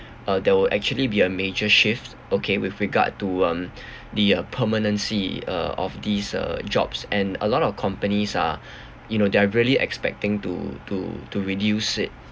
uh there will actually be a major shift okay with regard to um the uh permanency uh of these uh jobs and a lot of companies are you know they're really expecting to to to reduce it